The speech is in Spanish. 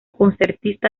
concertista